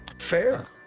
Fair